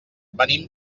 venim